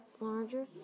larger